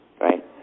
right